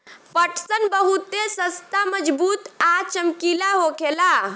पटसन बहुते सस्ता मजबूत आ चमकीला होखेला